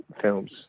films